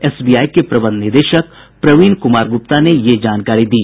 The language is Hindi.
एसबीआई के प्रबंध निदेशक प्रवीण कुमार गुप्ता ने ये जानकारी दी